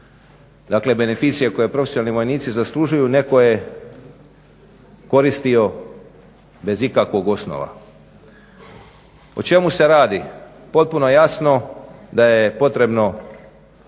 dakle beneficije koje profesionalni vojnici zaslužuju netko je koristio bez ikakvog osnova. O čemu se radi? Potpuno je jasno da je potrebno